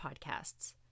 podcasts